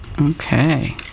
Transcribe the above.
Okay